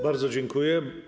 Bardzo dziękuję.